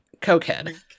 cokehead